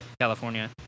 California